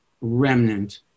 remnant